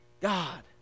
God